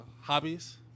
hobbies